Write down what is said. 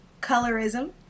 colorism